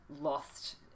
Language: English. lost